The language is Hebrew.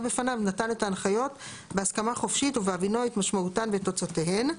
בפניו נתן את ההנחיות בהסכמה חופשית ובהבינו את משמעותן ואת תוצאותיהן.